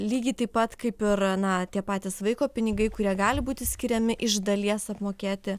lygiai taip pat kaip ir na tie patys vaiko pinigai kurie gali būti skiriami iš dalies apmokėti